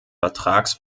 vertrags